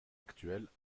actuelle